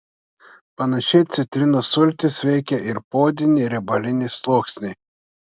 panašiai citrinos sultys veikia ir poodinį riebalinį sluoksnį